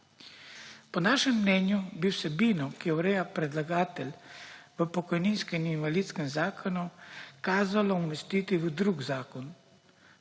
Po našem mnenju bi vsebino, ki jo ureja predlagatelj v pokojninskem in invalidskem zakonu, kazalo umestiti v drug zakon,